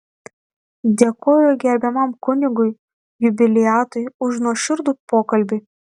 dėkoju gerbiamam kunigui jubiliatui už nuoširdų pokalbį